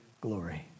glory